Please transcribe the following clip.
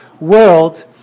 world